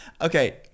okay